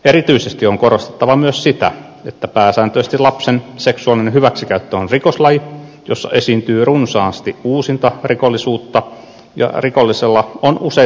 erityisesti on korostettava myös sitä että pääsääntöisesti lapsen seksuaalinen hyväksikäyttö on rikoslaji jossa esiintyy runsaasti uusintarikollisuutta ja rikollisella on useita uhreja